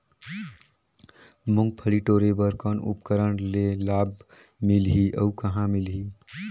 मुंगफली टोरे बर कौन उपकरण ले लाभ मिलही अउ कहाँ मिलही?